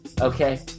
Okay